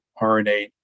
RNA